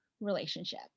relationship